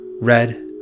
Red